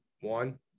One